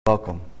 Welcome